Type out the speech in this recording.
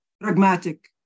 pragmatic